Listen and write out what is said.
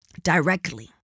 directly